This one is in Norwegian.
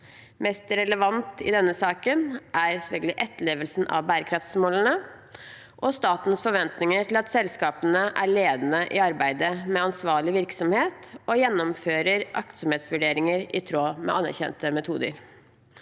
Mest relevant i denne saken er selvfølgelig etterlevelsen av bærekraftsmålene og statens forventninger til at selskapene er ledende i arbeidet med ansvarlig virksomhet og gjennomfører aktsomhetsvurderinger i tråd med anerkjente metoder.